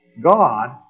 God